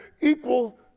equal